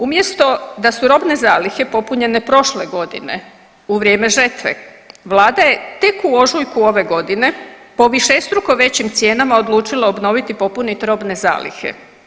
Umjesto da su robne zalihe popunjene prošle godine u vrijeme žetve, vlada je tek u ožujku ove godine po višestruko većim cijenama odlučila obnoviti i popunit robne zalihe.